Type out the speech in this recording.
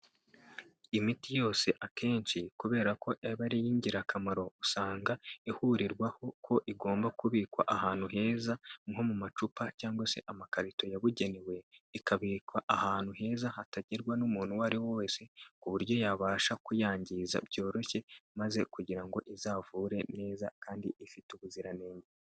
Imiti yose akenshi kubera ko iba ari iy'ingirakamaro usanga ihurirwaho ko igomba kubikwa ahantu heza nko mu macupa cyangwa se amakarito yabugenewe, ikabikwa ahantu heza hatagerwa n'umuntu uwo ari we wese ku buryo yabasha kuyangiza byoroshye maze kugira ngo izavure neza kandi ifite ubuziranenge.